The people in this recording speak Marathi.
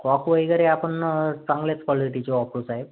कॉक वगैरे आपण चांगल्याच क्वालिटीचे वापरू साहेब